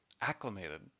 acclimated